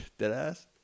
Deadass